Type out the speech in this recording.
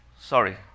Sorry